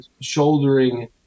shouldering